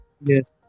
Yes